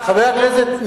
חבר הכנסת זאב.